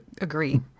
agree